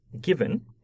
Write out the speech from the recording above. given